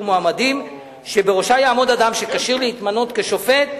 מועמדים שבראשה יעמוד אדם שכשיר להתמנות לשופט מחוזי,